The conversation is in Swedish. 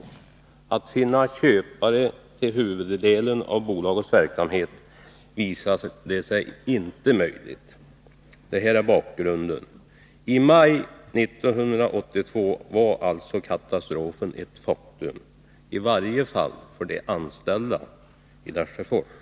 Att finna köpare till huvuddelen av bolagets verksamhet visade sig inte möjligt. Detta är bakgrunden. I maj 1982 var katastrofen alltså ett faktum, i varje fall för de anställda i Lesjöfors AB.